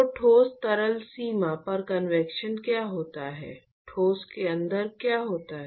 तो ठोस तरल सीमा पर कन्वेक्शन क्या होता है ठोस के अंदर क्या होता है